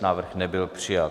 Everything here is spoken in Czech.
Návrh nebyl přijat.